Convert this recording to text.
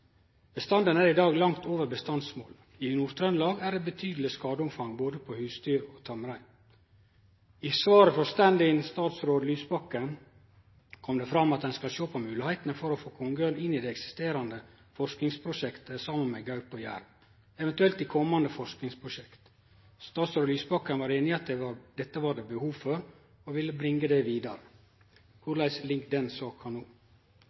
Bestanden er i dag langt over bestandsmålet. I Nord-Trøndelag er det betydeleg skadeomfang både på husdyr og på tamrein.» I svaret frå stand-in-statsråd Lysbakken kom det fram at ein skal sjå på moglegheitene for å få kongeørn inn i det eksisterande forskingsprosjektet, saman med gaupe og jerv – eventuelt i komande forskingsprosjekt. Statsråd Lysbakken var einig i at dette var det behov for, og han ville bringe det vidare. Korleis er det med den saka no?